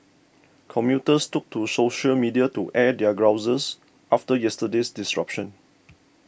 commuters took to social media to air their grouses after yesterday's disruption